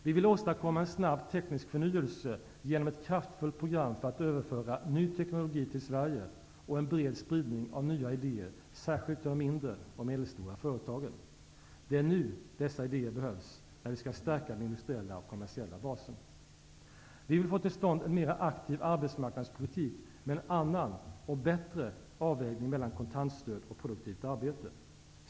Vi vill åstadkomma en snabb teknisk förnyelse genom ett kraftfullt program för att överföra ny teknologi till Sverige och en bred spridning av nya idéer, särskilt till de mindre och medelstora företagen. Det är nu dessa idéer behövs, när vi skall stärka den industriella och kommersiella basen. Vi vill få till stånd en mera aktiv arbetsmarknadspolitik med en annan avvägning mellan kontantstöd och produktivt arbete.